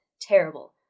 terrible